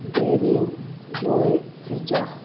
Darren जॉय फिजा